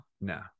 No